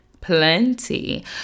plenty